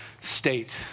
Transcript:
state